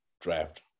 draft